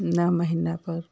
नौ महीना पर